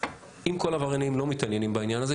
אם כל העבריינים לא מתעניינים בעניין הזה,